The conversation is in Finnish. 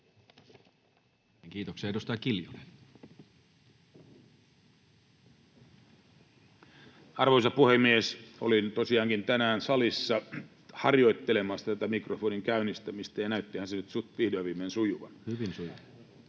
Time: 15:27 Content: Arvoisa puhemies! Olin tosiaankin tänään salissa harjoittelemassa tätä mikrofonin käynnistämistä, ja näyttihän se nyt vihdoin viimein sujuvan. [Eduskunnasta: